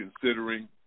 considering